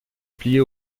plier